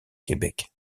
québec